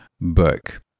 book